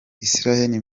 israel